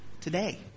today